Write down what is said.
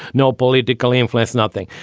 no political influence, nothing.